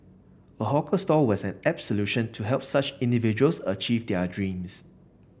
a hawker stall was an apt solution to help such individuals achieve their dreams